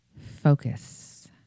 Focus